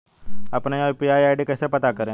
अपना UPI ID कैसे पता करें?